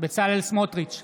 בצלאל סמוטריץ'